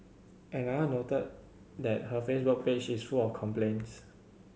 another noted that her Facebook page is full of complaints